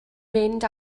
mynd